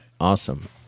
awesome